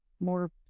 more